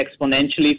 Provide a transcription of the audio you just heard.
exponentially